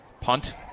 punt